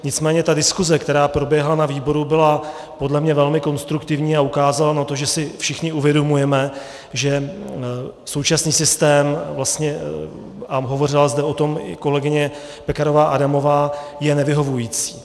Nicméně ta diskuse, která proběhla na výboru, byla podle mě velmi konstruktivní a ukázala na to, že si všichni uvědomujeme, že současný systém, a hovořila zde o tom i kolegyně Pekarová Adamová, je nevyhovující.